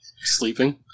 Sleeping